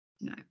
No